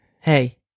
Hey